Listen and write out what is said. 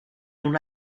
una